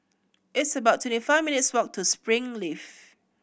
it's about twenty five minutes' walk to Springleaf